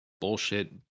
bullshit